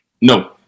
No